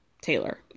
Taylor